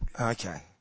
Okay